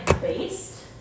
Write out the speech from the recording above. based